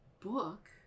book